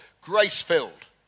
grace-filled